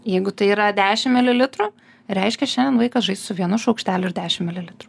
jeigu tai yra dešim mililitrų reiškia šiandien vaikas žais su vienu šaukšteliu ir dešim mililitrų